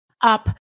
Up